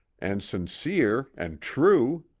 and sincere and true!